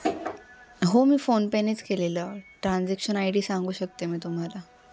हो मी फोनपेनेच केलेलं ट्रान्झेक्शन आय डी सांगू शकते मी तुम्हाला